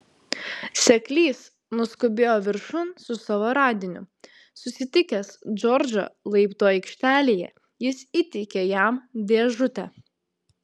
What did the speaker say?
seklys nuskubėjo viršun su savo radiniu susitikęs džordžą laiptų aikštelėje jis įteikė jam dėžutę